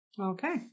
Okay